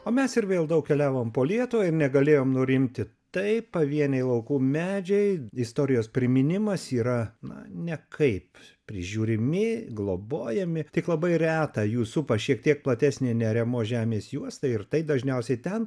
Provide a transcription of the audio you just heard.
o mes ir vėl daug keliavom po lietuvą ir negalėjom nurimti tai pavieniai laukų medžiai istorijos priminimas yra na ne kaip prižiūrimi globojami tik labai retą jų supa šiek tiek platesnė neariamos žemės juosta ir tai dažniausiai ten